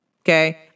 Okay